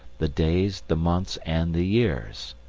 the days, the months, and the years.